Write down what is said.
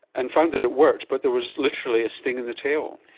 and found that it worked, but there was literally a sting in the tail.